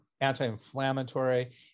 anti-inflammatory